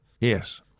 Yes